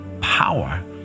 power